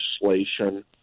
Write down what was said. legislation